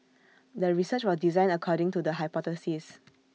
the research was designed according to the hypothesis